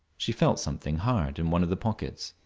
she felt something, hard in one of the pockets.